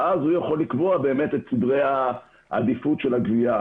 ואז הוא יכול לקבוע באמת את סדרי העדיפות של הגבייה.